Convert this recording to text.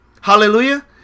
Hallelujah